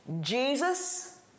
Jesus